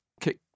kick